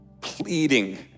pleading